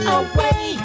away